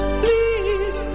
please